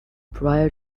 prior